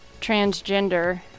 transgender